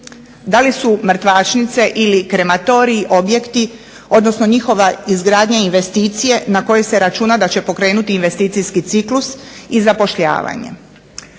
Da li su mrtvačnice ili krematoriji objekti odnosno njihova izgradnja i investicije na koje se računa da će pokrenuti investicijski ciklus i zapošljavanje.